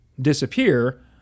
Disappear